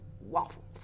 waffles